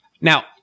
Now